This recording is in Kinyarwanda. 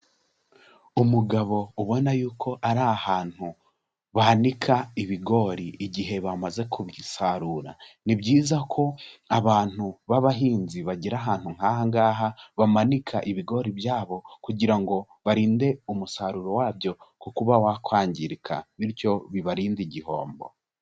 Umugabo ubona yuko ari ahantu bahanika ibigori igihe bamaze kubisarura, ni byiza ko abantu b'abahinzi bagira ahantu nk'aha ngaha bamanika ibigori byabo kugira ngo barinde umusaruro wabyo ku kuba wakwangirika bityo bibarinde igihombo.